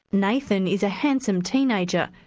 nathan is a handsome teenager,